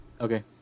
okay